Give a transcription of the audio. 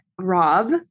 Rob